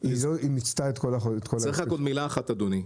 צריך עוד מילה אחת, אדוני.